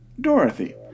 Dorothy